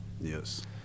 Yes